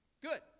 Good